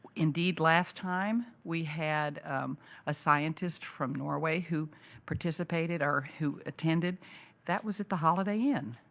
indeed last time, we had a scientist from norway who participated, or who attended that was at the holiday inn,